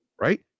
right